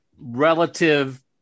relative –